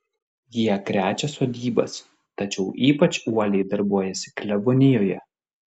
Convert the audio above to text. jie krečia sodybas tačiau ypač uoliai darbuojasi klebonijoje